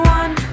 one